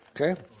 okay